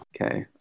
Okay